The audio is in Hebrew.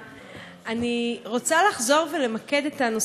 אני רוצה לחזור ולמקד את הנושא של ההצעה